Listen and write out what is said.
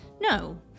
No